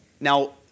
Now